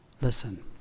Listen